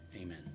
amen